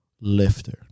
lifter